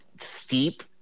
steep